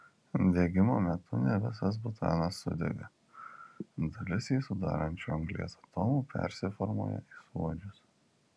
degimo metu ne visas butanas sudega dalis jį sudarančių anglies atomų persiformuoja į suodžius